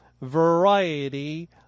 variety